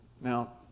Now